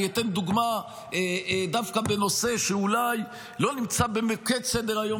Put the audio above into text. אתן דוגמה דווקא בנושא שאולי לא נמצא במוקד סדר-היום